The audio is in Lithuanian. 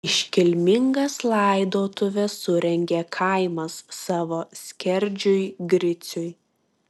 iškilmingas laidotuves surengė kaimas savo skerdžiui griciui